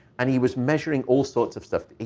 and he was measuring all sorts of stuff.